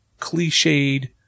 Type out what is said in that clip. cliched